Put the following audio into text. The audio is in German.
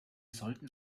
sollten